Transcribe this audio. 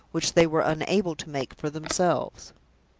which they were unable to make for themselves.